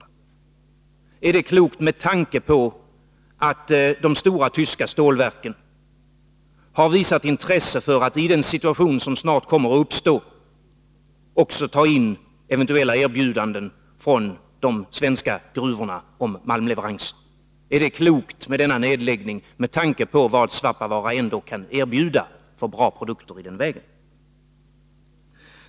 Är detta, undrar jag också, klokt med tanke på att de stora tyska stålverken har visat intresse för att, i den situation som snart kommer att uppstå, också ta in i bilden eventuella erbjudanden om malmleveranser från de svenska gruvorna? Är det klokt med denna nedläggning med tanke på vad Svappavaara ändå kan erbjuda av bra produkter i den vägen?